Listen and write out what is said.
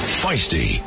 Feisty